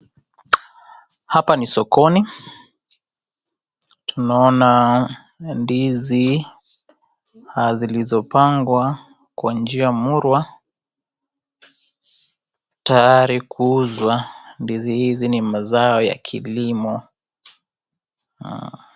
Hapa ni sokoni. Tunaona ndizi zilizopangwa kwa njiamulwa, tayari kuuzwa. Ndizi hizi ni mazao ya kilimo.